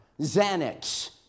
Xanax